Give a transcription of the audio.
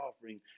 offering